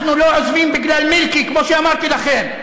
אנחנו לא עוזבים בגלל מילקי, כמו שאמרתי לכם.